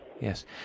yes